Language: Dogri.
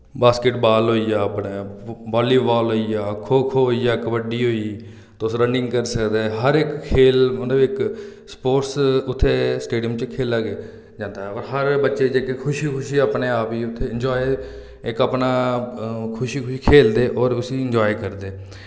बास्केट' बाल होई गेआ अपने बाल्ली बाल होई गेआ खो खो होई गेआ कबड्डी होई गेई तुस रनिंग करी सकदे हर इक खेल मतलब इक स्पोर्ट्स उत्थे स्टेडियम च खेलेया गे' जन्दा ऐ हर बच्चे जेह्के खुशी खुशी अपने आप ही उत्थे एन्जाय इक अपना खुशी खुशी खेलदे और उस्सी एन्जाय करदे